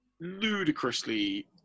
ludicrously